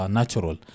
natural